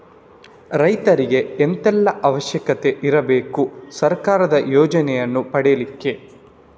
ರೈತರಿಗೆ ಎಂತ ಎಲ್ಲಾ ಅವಶ್ಯಕತೆ ಇರ್ಬೇಕು ಸರ್ಕಾರದ ಯೋಜನೆಯನ್ನು ಪಡೆಲಿಕ್ಕೆ?